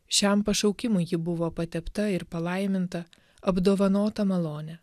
šiam pašaukimui ji buvo patepta ir palaiminta apdovanota malone